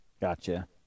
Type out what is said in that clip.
Gotcha